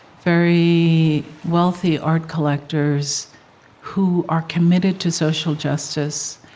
very wealthy art collectors who are committed to social justice,